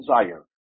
desire